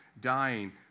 dying